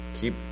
keep